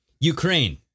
Ukraine